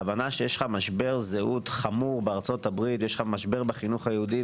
זה הבנה שיש לך משבר זהות חמור בארצות הברית ויש לך משבר בחינוך היהודי,